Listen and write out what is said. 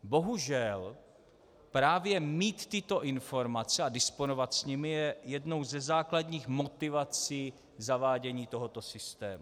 Bohužel právě mít tyto informace a disponovat s nimi je jednou ze základních motivací zavádění tohoto systému.